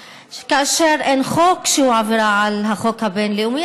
וכאשר אין חוק שהוא עבירה על החוק הבין-לאומי,